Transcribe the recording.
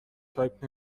تایپ